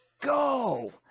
go